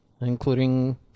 including